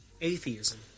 Atheism